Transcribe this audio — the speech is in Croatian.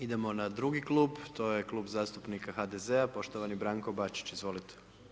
Idemo na drugi klub, to je Klub zastupnika HDZ-a, poštovani Branko Bačić, izvolite.